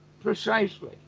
Precisely